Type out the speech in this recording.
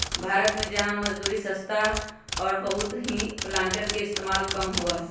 भारत में जहाँ मजदूरी सस्ता और बहुत हई प्लांटर के इस्तेमाल कम होबा हई